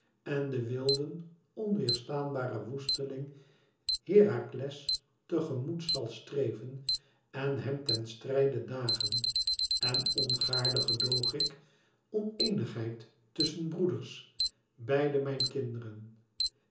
en den wilden onweêrstaanbaren woesteling herakles te gemoet zal streven en hem ten strijde dagen en ongaarne gedoog ik oneenigheid tusschen broeders beide mijn kinderen